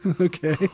Okay